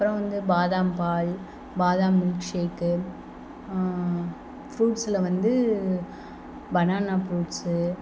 அப்புறோம் வந்து பாதம் பால் பாதம் மில்க்ஷேக்கு ஃப்ரூட்ஸில் வந்து பனானா ஃப்ரூட்ஸ்ஸு